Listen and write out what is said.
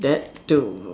that too